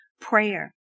prayer